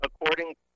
according